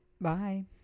Bye